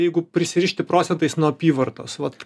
jeigu prisirišti procentais nuo apyvartos vat